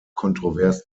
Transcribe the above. kontrovers